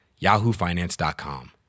yahoofinance.com